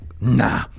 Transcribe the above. nah